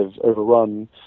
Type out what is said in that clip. overrun